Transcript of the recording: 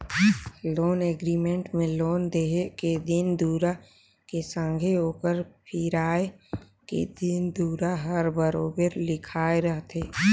loan agreement में loan देहे के दिन दुरा के संघे ओकर फिराए के दिन दुरा हर बरोबेर लिखाए रहथे